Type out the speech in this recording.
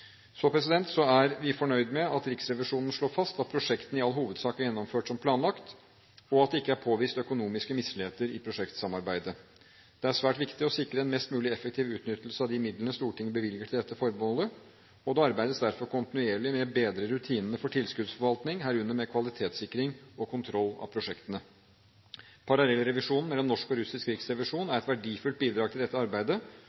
er fornøyd med at Riksrevisjonen slår fast at prosjektene i all hovedsak er gjennomført som planlagt, og at det ikke er påvist økonomiske misligheter i prosjektsamarbeidet. Det er svært viktig å sikre en mest mulig effektiv utnyttelse av de midlene Stortinget bevilger til dette formålet, og det arbeides derfor kontinuerlig med å bedre rutinene for tilskuddsforvaltning, herunder kvalitetssikring og kontroll av prosjektene. Parallellrevisjonen mellom norsk og russisk riksrevisjon